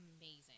amazing